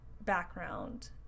background